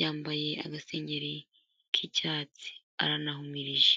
yambaye agasengeri k'icyatsi aranahumirije.